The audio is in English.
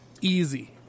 easy